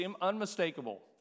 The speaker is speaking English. unmistakable